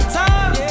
time